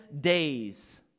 days